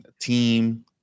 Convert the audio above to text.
team